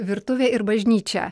virtuvė ir bažnyčia